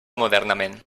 modernament